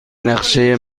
نقشه